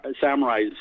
Samurai's